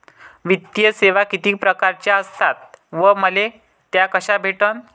वित्तीय सेवा कितीक परकारच्या असतात व मले त्या कशा भेटन?